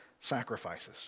sacrifices